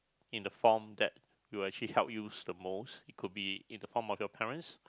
in the form that will actually help you the most it could be in the form of your parents